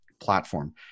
platform